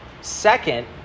Second